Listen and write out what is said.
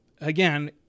Again